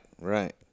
right